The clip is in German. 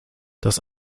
das